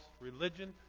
religion